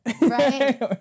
Right